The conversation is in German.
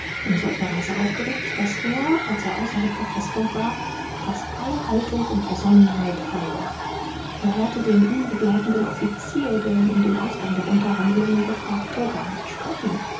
in solcher weise aufgeregt daß er als er außerhalb der festung war fast alle haltung und besonnenheit verlor er hörte den ihn begleitenden offizier der ihn um den ausgang der unterhandlungen befragte gar nicht sprechen